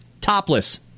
topless